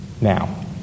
now